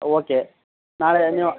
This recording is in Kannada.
ಓಕೆ ನಾಳೆ ನೀವು